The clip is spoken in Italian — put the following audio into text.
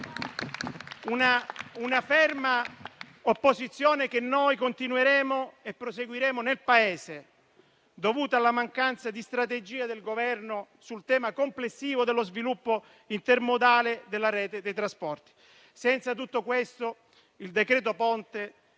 una ferma opposizione che noi continueremo e proseguiremo nel Paese, dovuta alla mancanza di strategia del Governo sul tema complessivo dello sviluppo intermodale della rete dei trasporti. Senza tutto questo il decreto Ponte